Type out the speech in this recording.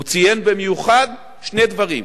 הוא ציין במיוחד שני דברים: